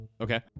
Okay